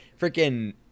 freaking